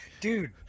dude